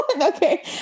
okay